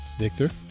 Victor